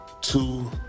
two